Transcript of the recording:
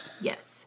Yes